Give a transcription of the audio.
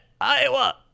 Iowa